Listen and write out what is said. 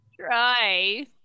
Try